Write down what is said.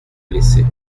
blessés